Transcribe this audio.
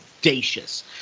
audacious